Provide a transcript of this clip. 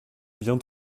bien